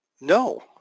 No